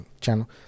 channel